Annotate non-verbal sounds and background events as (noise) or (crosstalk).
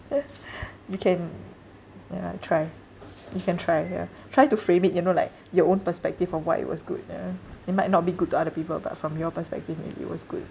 uh you can ya try (noise) you can try ya try to frame it you know like your own perspective of why it was good ya it might not be good to other people but from your perspective maybe it was good